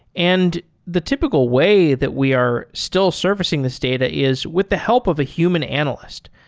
and the typical way that we are still surfacing this data is with the help of a human analyst.